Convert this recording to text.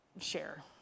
share